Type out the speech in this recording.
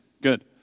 good